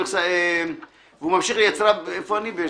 איפה אני?